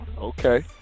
Okay